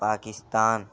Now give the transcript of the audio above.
Pakistan